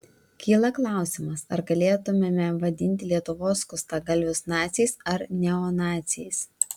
kyla klausimas ar galėtumėme vadinti lietuvos skustagalvius naciais ar neonaciais